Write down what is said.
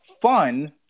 fun